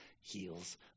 heals